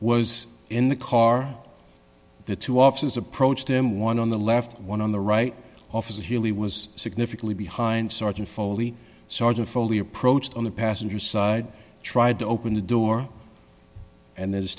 was in the car the two officers approached him one on the left one on the right off as he was significantly behind sergeant foley sergeant foley approached on the passenger side tried to open the door and there's